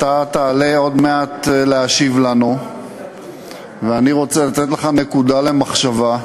אתה תעלה עוד מעט להשיב לנו ואני רוצה לתת לך נקודה למחשבה.